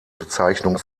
bezeichnung